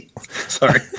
sorry